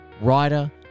Writer